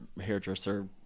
hairdresser